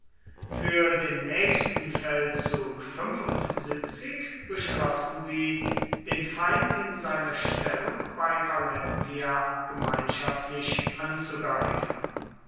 für den nächsten feldzug beschlossen sie den feind in seiner stellung bei valentia gemeinschaftlich anzugreifen